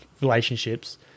relationships